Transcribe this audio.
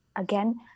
Again